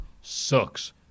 Sucks